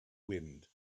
wind